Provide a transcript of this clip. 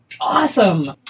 awesome